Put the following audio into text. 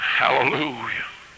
hallelujah